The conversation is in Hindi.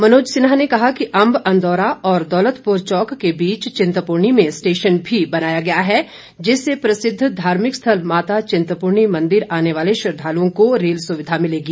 मनोज सिन्हा ने कहा कि अंब अंदौरा और दौलतपुर चौक के बीच चिंतपूर्णी में स्टेशन भी बनाया गया है जिससे प्रसिद्ध धार्मिक स्थल माता चिंतपूर्णी मंदिर आने वाले श्रद्वालुओं को रेल सुविधा मिलेगी